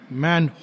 man